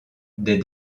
des